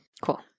Cool